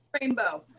Rainbow